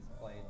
played